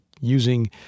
using